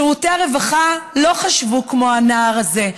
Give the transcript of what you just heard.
שירותי הרווחה לא חשבו כמו הנער הזה,